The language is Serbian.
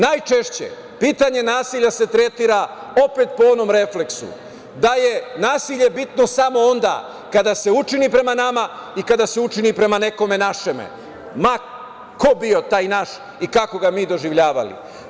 Najčešće pitanje nasilja se tretira opet po onom refleksu, da je nasilje bitno samo onda kada se učini prema nama i kada se učini prema nekome našem, ma ko bio taj naš i kako ga mi doživljavali.